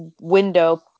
window